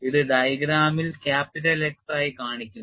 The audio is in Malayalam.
ഇത് ഡയഗ്രാമിൽ ക്യാപിറ്റൽ എക്സ് ആയി കാണിക്കുന്നു